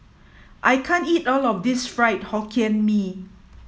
I can't eat all of this Fried Hokkien Mee